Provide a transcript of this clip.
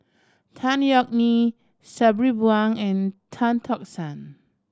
Tan Yeok Nee Sabri Buang and Tan Tock San